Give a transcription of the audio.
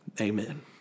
Amen